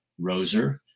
Roser